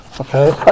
Okay